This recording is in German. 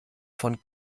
von